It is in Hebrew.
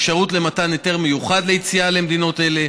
אפשרות למתן היתר מיוחד ליציאה למדינות אלה,